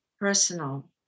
personal